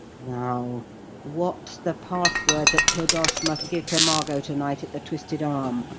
now what's the password that clodoche must give to margot to-night at the twisted arm?